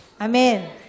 Amen